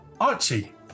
Archie